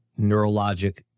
neurologic